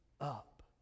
up